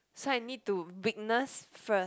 so I need to witness first